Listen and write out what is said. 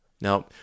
Now